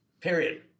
Period